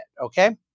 okay